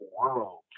world